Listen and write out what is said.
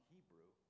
Hebrew